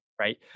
right